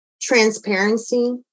transparency